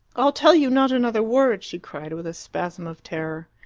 i'll tell you not another word! she cried, with a spasm of terror.